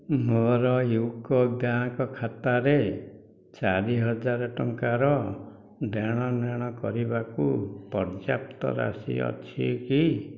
ମୋର UCO bank ଖାତାରେ ଚାରି ହଜାର ଟଙ୍କାର ଦେଣନେଣ କରିବାକୁ ପର୍ଯ୍ୟାପ୍ତ ରାଶି ଅଛି କି